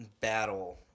battle